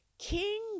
King